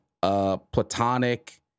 Platonic